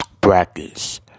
brackets